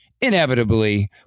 inevitably